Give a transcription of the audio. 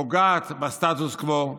פוגעת בסטטוס קוו,